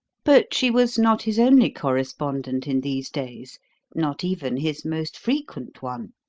but she was not his only correspondent in these days not even his most frequent one.